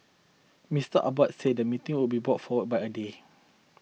Mister Abbott said the meeting will be brought forward by a day